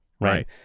Right